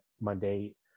Monday